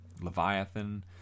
Leviathan